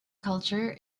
culture